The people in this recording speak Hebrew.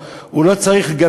הוא לא צריך את ההסתה שלו,